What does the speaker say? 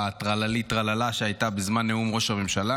והטרללי-טרללה שהיו בזמן נאום ראש הממשלה,